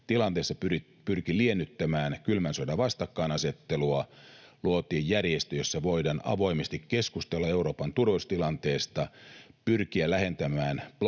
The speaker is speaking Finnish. tilanteessa, pyrki liennyttämään kylmän sodan vastakkainasettelua. Luotiin järjestö, jossa voidaan avoimesti keskustella Euroopan turvallisuustilanteesta ja pyrkiä lähentämään blokkeja